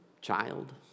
child